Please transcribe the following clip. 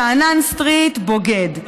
שאנן סטריט בוגד,